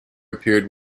appeared